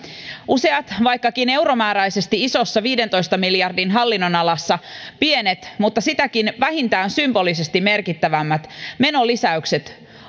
useat vaikkakin euromääräisesti isossa viidentoista miljardin hallinnonalassa pienet mutta sitäkin vähintään symbolisesti merkittävämmät menolisäykset